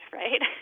right